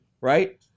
right